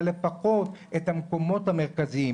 אבל לפחות את המקומות המרכזיים.